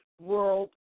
World